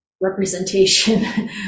representation